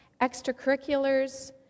extracurriculars